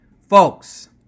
Folks